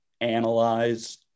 analyze